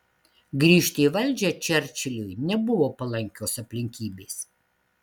grįžti į valdžią čerčiliui nebuvo palankios aplinkybės